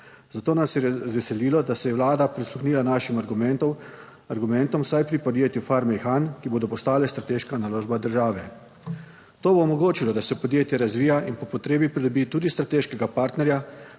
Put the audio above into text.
Zato nas je razveselilo, da se je Vlada prisluhnila našim argumentom vsaj pri podjetju Farme Ihan, ki bodo postale strateška naložba države. To bo omogočilo, da se podjetje razvija in po potrebi pridobi tudi strateškega partnerja